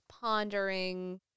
pondering